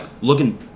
looking